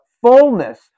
fullness